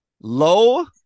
Low